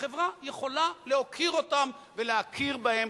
והחברה יכולה להוקיר ולהכיר בהם,